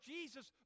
Jesus